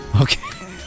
Okay